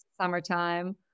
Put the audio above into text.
summertime